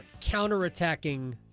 counter-attacking